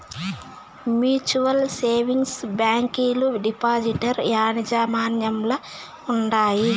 mutual savings బ్యాంకీలు depositor యాజమాన్యంల ఉండాయి